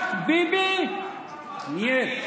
רק ביבי, נייט,